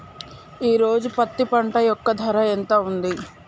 ఈ రోజు పత్తి పంట యొక్క ధర ఎంత ఉంది?